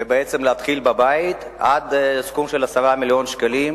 ובעצם להתחיל בבית, עד סכום של 10 מיליוני שקלים.